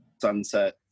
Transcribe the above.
Sunset